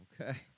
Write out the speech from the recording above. Okay